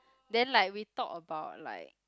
then like we talk about like